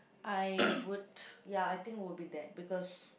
I would ya I think would be that because